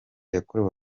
yakorewe